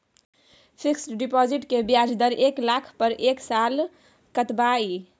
Fixed deposit के ब्याज दर एक लाख पर एक साल ल कतबा इ?